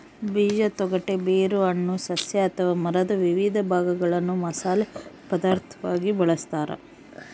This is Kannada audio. ಬೀಜ ತೊಗಟೆ ಬೇರು ಹಣ್ಣು ಸಸ್ಯ ಅಥವಾ ಮರದ ವಿವಿಧ ಭಾಗಗಳನ್ನು ಮಸಾಲೆ ಪದಾರ್ಥವಾಗಿ ಬಳಸತಾರ